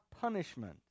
punishment